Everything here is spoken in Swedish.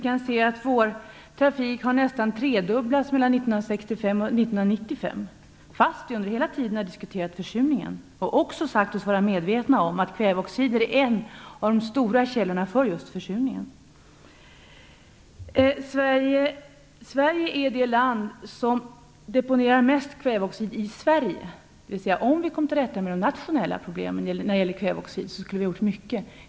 Vår trafik har nästan tredubblats 1965-1995 fast vi under hela tiden har diskuterat försurningen och också sagt oss vara medvetna om att kväveoxider är en av de stora källorna till just försurningen. Sverige är det land som deponerar mest kväveoxid i Sverige. Om vi kom till rätta med de nationella problemen när det gäller kväveoxid skulle vi ha gjort mycket.